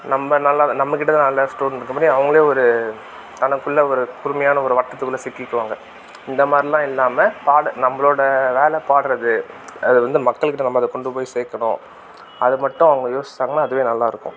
நம்ப நல்லா நம்மகிட்டதான் நல்லா இருக்க முடியும் அவங்களே ஒரு தனக்குள்ளே ஒரு குறுமையான ஒரு வட்டத்துக்குள்ளே சிக்கிக்குவாங்க இந்த மாதிரிலாம் இல்லாமல் பாட நம்பளோடய வேலை பாடுவது அதை வந்து மக்கள் கிட்ட நம்ப அதைக் கொண்டு போய் சேர்க்கணும் அதை மட்டும் அவங்க யோசிச்சாங்கன்னால் அதுவே நல்லா இருக்கும்